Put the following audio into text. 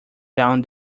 down